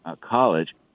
college